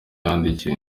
yandikiwe